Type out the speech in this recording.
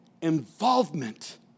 involvement